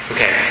Okay